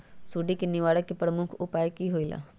सुडी के निवारण के प्रमुख उपाय कि होइला?